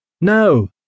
No